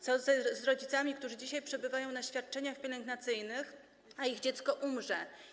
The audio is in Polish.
Co z rodzicami, którzy dzisiaj przebywają na świadczeniach pielęgnacyjnych, a ich dziecko umrze?